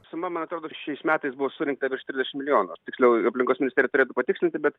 suma man atrodo šiais metais buvo surinkta virš trisdešim milijonų tiksliau aplinkos ministerija turėtų patikslinti bet